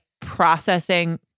processing